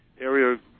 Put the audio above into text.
area